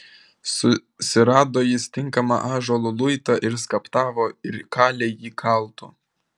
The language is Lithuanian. susirado jis tinkamą ąžuolo luitą ir skaptavo ir kalė jį kaltu